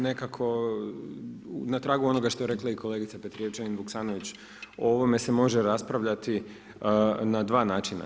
Nekako na tragu i onoga što je rekla i kolegica Petrijevčanin Vuksanović, o ovome se može raspravljati na 2 načina.